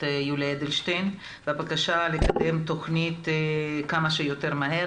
יולי אדלשטיין בבקשה לקדם את התוכנית כמה שיותר מהר.